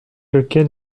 lequel